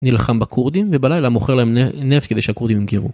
נלחם בכורדים ובלילה מוכר להם נפט כדי שהקורדים ימכרו.